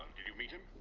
did you meet him?